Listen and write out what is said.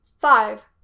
Five